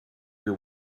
your